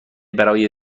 برای